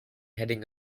heading